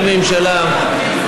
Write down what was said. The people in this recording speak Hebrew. היושב-ראש,